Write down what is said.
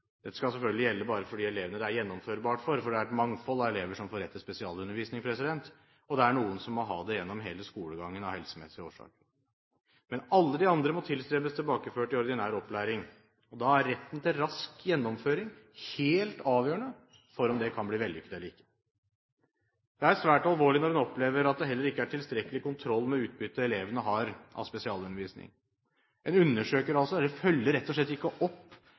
Dette skal selvfølgelig bare gjelde for de elevene det er gjennomførbart for. Det er et mangfold av elever som får rett til spesialundervisning, og det er noen som må ha det gjennom hele skolegangen av helsemessige årsaker. Men alle de andre må tilstrebes tilbakeført i ordinær opplæring. Da er retten til rask gjennomføring helt avgjørende for om det kan bli vellykket eller ikke. Det er svært alvorlig når en opplever at det heller ikke er tilstrekkelig kontroll med utbyttet eleven har av spesialundervisning. En følger altså rett og slett ikke opp